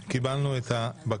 פה אחד קיבלנו את הבקשה.